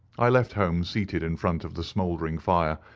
i left holmes seated in front of the smouldering fire,